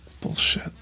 Bullshit